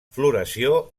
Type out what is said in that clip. floració